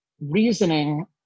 reasoning